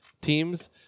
teams